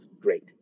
great